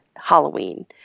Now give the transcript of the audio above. halloween